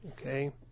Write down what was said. okay